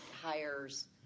hires